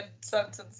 sentence